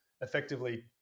effectively